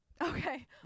Okay